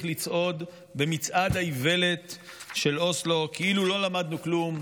לצעוד במצעד האיוולת של אוסלו כאילו לא למדנו כלום,